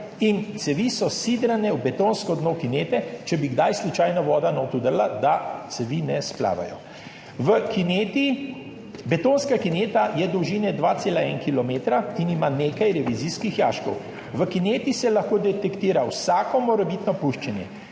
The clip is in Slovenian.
in cevi so sidrane v betonsko dno kinete, če bi kdaj slučajno voda noter vdrla, da cevi ne splavajo. Betonska kineta je dolžine 2,1 kilometra in ima nekaj revizijskih jaškov. V kineti se lahko detektira vsako morebitno puščanje.